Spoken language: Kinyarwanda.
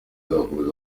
izakomeza